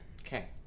Okay